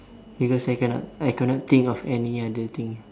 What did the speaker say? give a second ah I cannot think of any other thing